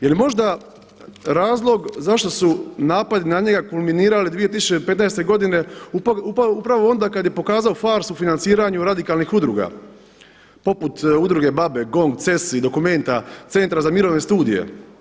Je li možda razlog zašto su napadi na njega kulminirali 2015. upravo onda kada je pokazao farsu u financiranju radikalnih udruga poput udruge B.A.B.E, GONG, CESI, Dokumenta, Centra za mirovine studije.